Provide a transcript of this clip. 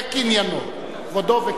זה כבודו וקניינו.